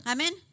Amen